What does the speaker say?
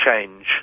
change